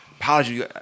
Apology